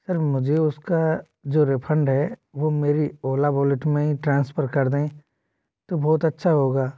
sir मुझे उसका जो रिफंड है वो मेरी ओला वॉलेट में ही ट्रांसफर कर दें तो बहुत अच्छा होगा